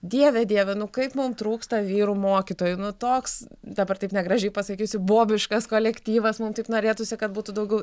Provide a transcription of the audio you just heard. dieve dieve nu kaip mum trūksta vyrų mokytojų nu toks dabar taip negražiai pasakysiu bobiškas kolektyvas mum taip norėtųsi kad būtų daugiau